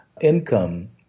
income